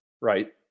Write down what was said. Right